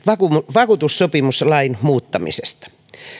vakuutussopimuslain muuttamisesta